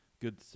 Good